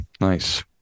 Nice